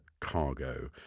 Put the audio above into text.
cargo